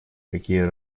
какие